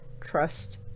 trust